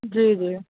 जी जी